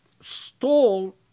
stole